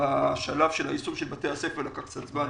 והשלב של יישום בתי הספר לקח קצת זמן.